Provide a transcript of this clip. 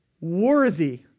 worthy